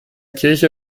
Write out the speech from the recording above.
kirche